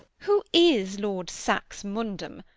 who is lord saxmundham?